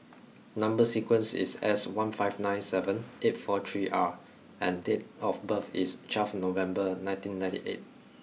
number sequence is S one five nine seven eight four three R and date of birth is twelve November nineteen ninety eight